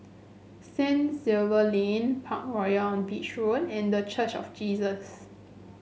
Saint Xavier's Lane Parkroyal on Beach Road and The Church of Jesus